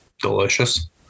Delicious